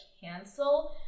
cancel